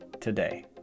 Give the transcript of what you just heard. today